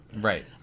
right